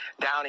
down